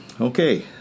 Okay